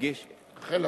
רחל.